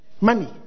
Money